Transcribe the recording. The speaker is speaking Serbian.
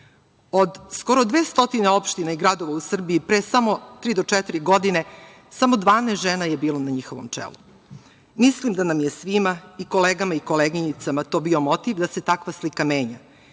Od skoro 200 opština i gradova u Srbiji, pre samo tri do četiri godine samo 12 žena je bilo na njihovom čelu. Mislim da nam je svima, i kolegama i koleginicama, to bio motiv da se takva slika menja.